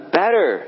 better